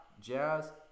jazz